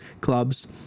clubs